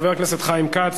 חבר הכנסת חיים כץ,